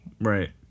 Right